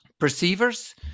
perceivers